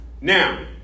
Now